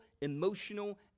emotional